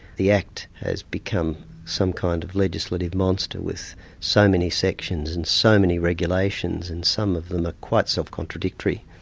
the act has become some kind of legislative monster, with so many sections and so many regulations, and some of them are quite self-contradictory,